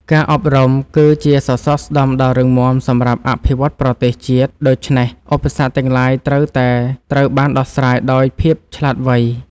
ការអប់រំ គឺ ជាសសរស្តម្ភដ៏រឹងមាំសម្រាប់អភិវឌ្ឍប្រទេសជាតិ ដូច្នេះ ឧបសគ្គទាំងឡាយត្រូវតែត្រូវបានដោះស្រាយដោយភាពឆ្លាតវៃ។